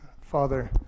Father